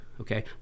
okay